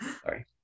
Sorry